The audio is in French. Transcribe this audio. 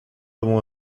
avons